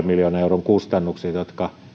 miljoonan euron kustannukset jotka